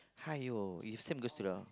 !aiyo! you same goes to the